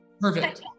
Perfect